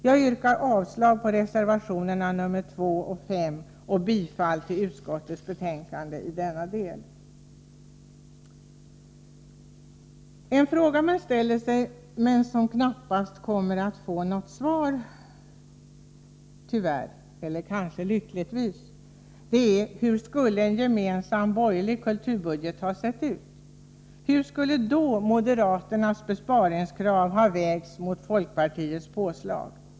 Jag yrkar avslag på reservationerna 2 och 5 och bifall till utskottets hemställan i denna del. En fråga man ställer sig men som tyvärr — eller kanske lyckligtvis — knappast kommer att få något svar är: Hur skulle en gemensam borgerlig kulturbudget ha sett ut? Hur skulle då moderaternas besparingskrav ha vägts mot folkpartiets påslag?